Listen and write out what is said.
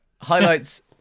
Highlights